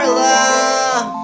love